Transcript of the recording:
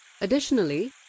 Additionally